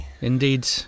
indeed